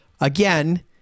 again